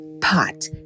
pot